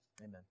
Amen